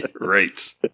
Right